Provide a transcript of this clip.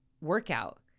workout